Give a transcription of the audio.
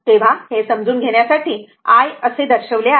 तेव्हा हे समजून घेण्यासाठी I असे दर्शवले आहे